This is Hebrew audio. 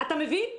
אתה מבין?